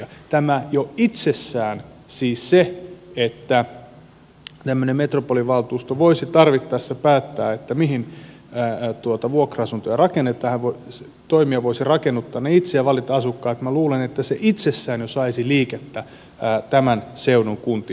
minä luulen että tämä jo itsessään siis se että tämmöinen metropolivaltuusto voisi tarvittaessa päättää mihin vuokra asuntoja rakennetaan toimija voisi rakennuttaa ne itse ja valita asukkaat mä luulen että se itsessään saisi liikettä tämän seudun kuntiin